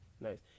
nice